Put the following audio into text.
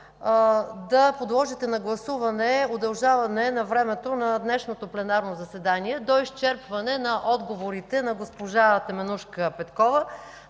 да подложите на гласуване удължаване на времето на днешното пленарно заседание до изчерпване на отговорите на госпожа Теменужка Петкова.